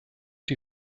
die